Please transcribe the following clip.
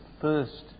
first